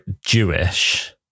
jewish